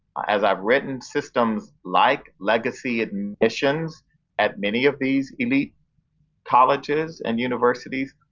as i've written systems like legacy admissions at many of these elite colleges and universities,